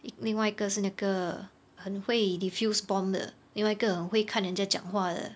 一另外一个是那个很会 diffuse bomb 的另外一个会看人家讲话的